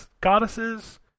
Goddesses